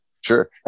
sure